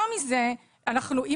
יותר מזה: אני